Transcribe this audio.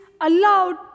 allowed